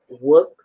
work